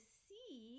see